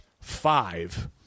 five